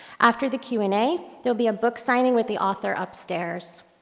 after the q and a there'll be a book signing with the author upstairs.